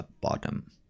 bottom